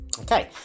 Okay